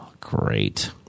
Great